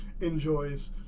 enjoys